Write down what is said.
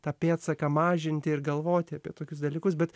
tą pėdsaką mažinti ir galvoti apie tokius dalykus bet